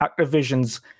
Activision's